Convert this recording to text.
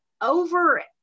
over